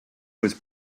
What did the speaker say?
was